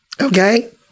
Okay